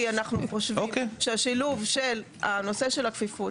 כי אנחנו חושבים שהשילוב של נושא הכפיפות,